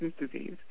disease